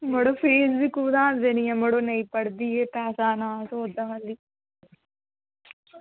मड़ो फीस असें कुत्थां देनी ना एह् पढ़दी खाल्ली पैसें दा नास होआ दा